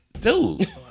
Dude